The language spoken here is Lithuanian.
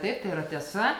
taip tai yra tiesa